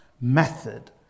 method